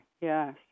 yes